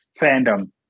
fandom